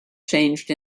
changed